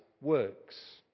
works